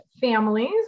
families